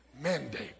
mandate